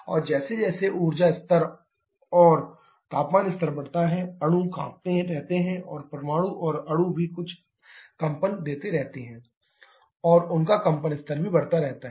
और जैसे जैसे ऊर्जा स्तर और तापमान स्तर बढ़ता है अणु कंपते रहते हैं और परमाणु और अणु भी कुछ कंपन देते रहते हैं और उनका कंपन स्तर भी बढ़ता रहता है